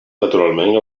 naturalment